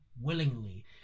willingly